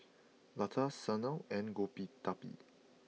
Lata Sanal and Gottipati